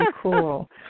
cool